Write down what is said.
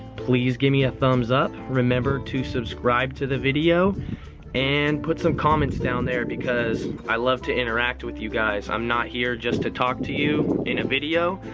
please give me a thumbs up. remember to subscribe to the video and put some comments down there because i love to interact with you guys. i'm not here just to talk to you in a video.